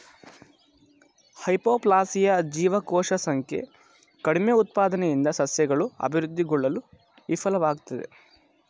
hypoplasia ಜೀವಕೋಶ ಸಂಖ್ಯೆ ಕಡಿಮೆಉತ್ಪಾದನೆಯಿಂದ ಸಸ್ಯಗಳು ಅಭಿವೃದ್ಧಿಗೊಳ್ಳಲು ವಿಫಲ್ವಾಗ್ತದೆ